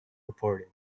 reported